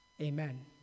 Amen